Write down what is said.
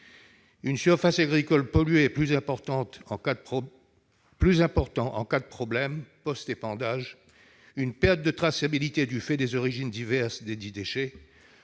une surface agricole polluée plus importante en cas de problème post-épandage ; une perte de traçabilité du fait des origines diverses des déchets,